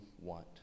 want